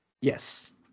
Yes